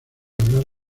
hablar